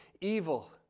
evil